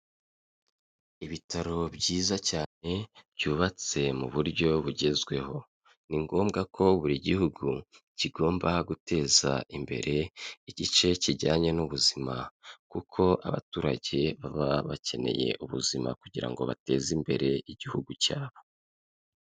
Ibitaro byiza cyane byubatse mu buryo bugezweho. Ni ngombwa ko buri gihugu kigomba guteza imbere igice kijyanye n'ubuzima, kuko abaturage baba bakeneye ubuzima kugira ngo bateze imbere igihugu cyabo.